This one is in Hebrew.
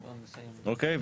אוקיי?